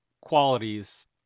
qualities